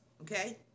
okay